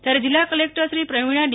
ત્યારે જીલ્લા collector Shri Pravina D